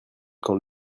quand